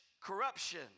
corruption